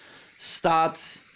start